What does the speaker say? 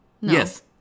Yes